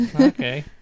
Okay